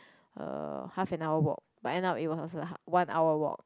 uh half and hour walk but end up it was a one hour walk